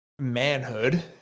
manhood